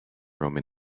roman